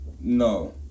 No